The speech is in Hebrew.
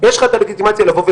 יש לך את הלגיטימציה לתקן,